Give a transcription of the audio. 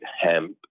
hemp